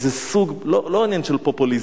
איזה סוג, לא עניין של פופוליזם,